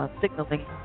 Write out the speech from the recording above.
Signaling